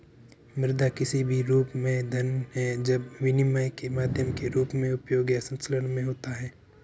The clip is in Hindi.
मुद्रा किसी भी रूप में धन है जब विनिमय के माध्यम के रूप में उपयोग या संचलन में होता है